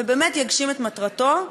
ובאמת יגשים את מטרתו,